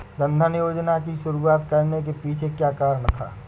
जन धन योजना की शुरुआत करने के पीछे क्या कारण था?